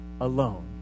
alone